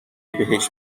بهش